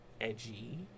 edgy